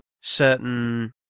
certain